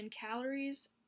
calories